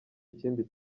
ikindi